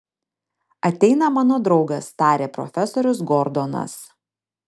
ateina mano draugas tarė profesoriui gordonas